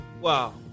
Wow